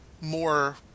more